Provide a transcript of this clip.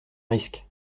risque